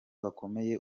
bakomeye